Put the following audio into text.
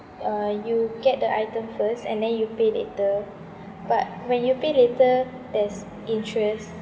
uh you get the item first and then you pay later but when you pay later there's interest